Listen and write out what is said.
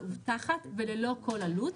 מאובטחת וללא כל עלות.